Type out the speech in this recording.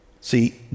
See